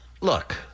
Look